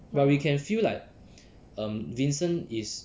but we can feel like um vincent is